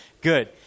good